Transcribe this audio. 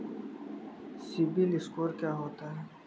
CIBIL score क्या होता है?